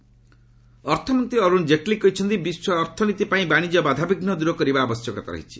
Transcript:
Jaitley economic ଅର୍ଥମନ୍ତ୍ରୀ ଅରୁଣ ଜେଟ୍ଲୀ କହିଛନ୍ତି ବିଶ୍ୱ ଅର୍ଥନୀତି ପାଇଁ ବାଶିଜ୍ୟ ବାଧାବିଘ୍ନ ଦୂରକରିବାର ଆବଶ୍ୟକତା ରହିଛି